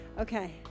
okay